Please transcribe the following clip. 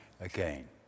again